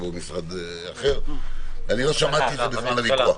לא שמעתי את זה בזמן הוויכוח.